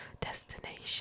destination